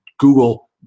Google